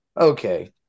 Okay